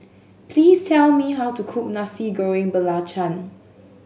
please tell me how to cook Nasi Goreng Belacan